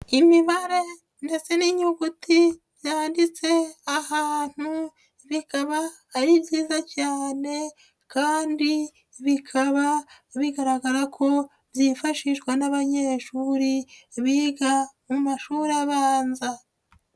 Imibare ndetse n'inyuguti byanditse ahantu, bikaba ari byiza cyane kandi bikaba bigaragara ko byifashishwa n'abanyeshuri biga mu mashuri abanza.